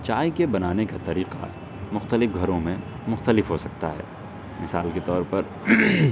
چائے کے بنانے کا طریقہ مختلف گھروں میں مختلف ہو سکتا ہے مثال کے طور پر